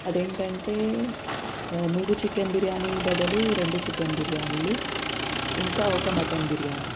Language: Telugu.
అదేంటంటే మూడు చికెన్ బిర్యానీ బదులు రెండు చికెన్ బిర్యానీలు ఇంకా ఒక మటన్ బిర్యానీ